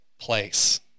place